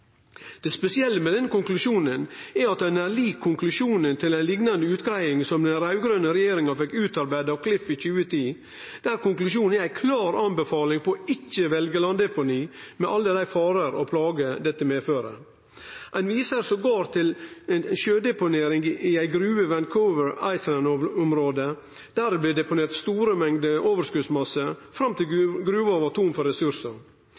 Det spesielle med denne konklusjonen er at han er lik konklusjonen til ei liknande utgreiing som den raud-grøne regjeringa fekk utarbeidd av Klif i 2010, der konklusjonen er ei klar anbefaling om å ikkje velje landdeponi med alle dei farar og plager dette medfører. Ein viser jamvel til sjødeponering i ei gruve i Vancouver Island-området det det blei deponert store mengder overskotsmasse fram til gruva var tom for ressursar.